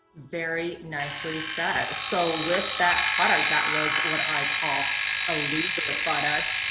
very nicely said. so with that product that was what i call a loser product,